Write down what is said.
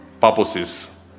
purposes